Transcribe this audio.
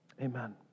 Amen